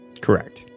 Correct